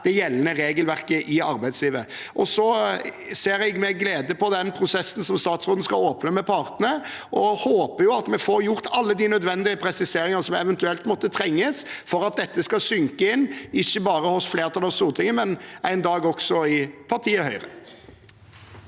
det gjeldende regelverket i arbeidslivet. Jeg ser med glede på den prosessen som statsråden skal åpne med partene, og jeg håper at vi får gjort alle de nødvendige presiseringer som eventuelt måtte trengs for at dette skal synke inn, ikke bare hos flertallet på Stortinget, men en dag også i partiet Høyre.